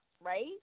Right